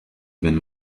been